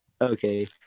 Okay